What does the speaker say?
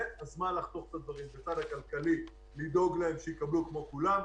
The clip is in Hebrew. זה הזמן לחתוך את הדברים כך שבצד הכלכלי ידאגו להם שהם יקבלו כמו כולם,